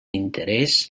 interès